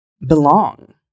belong